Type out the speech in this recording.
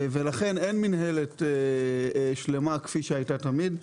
מכיוון שאין מינהלת שלמה כפי שהייתה תמיד,